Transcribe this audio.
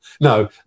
No